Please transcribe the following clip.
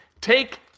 Take